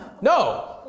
No